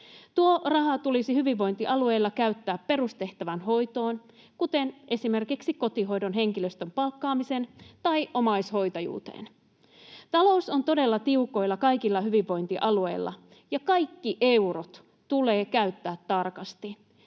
Tuo raha tulisi hyvinvointialueilla käyttää perustehtävän hoitoon, kuten esimerkiksi kotihoidon henkilöstön palkkaamiseen tai omaishoitajuuteen. Talous on todella tiukoilla kaikilla hyvinvointialueilla, ja kaikki eurot tulee käyttää tarkasti.